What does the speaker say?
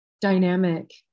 dynamic